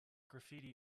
graffiti